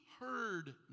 heard